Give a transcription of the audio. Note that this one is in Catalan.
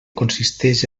consisteix